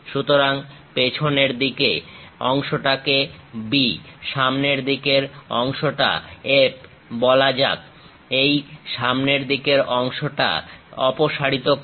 সুতরাং পেছনের দিকের অংশটাকে B সামনের দিকের অংশটা F বলা যাক এই সামনের দিকের অংশটা অপসারিত করো